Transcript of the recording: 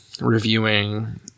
reviewing